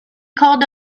called